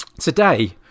today